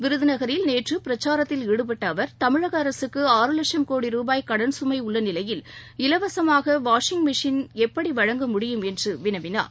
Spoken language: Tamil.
விருதுநகரில் நேற்று பிரச்சாரத்தில் ஈடுபட்ட அவர் தமிழக அரசுக்கு ஆறு வட்சம் கோடி ரூபாய் கடன்கமை உள்ள நிலையில் இலவசமாக வாஷிங் மெஷின் எப்படி வழங்க முடியும் என்று வினவினார்